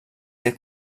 que